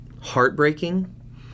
heartbreaking